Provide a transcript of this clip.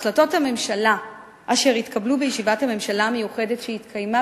החלטות הממשלה אשר התקבלו בישיבת הממשלה המיוחדת שהתקיימה